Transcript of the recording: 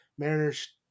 Mariners